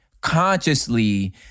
consciously